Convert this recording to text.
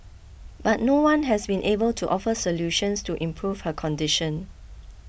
but no one has been able to offer solutions to improve her condition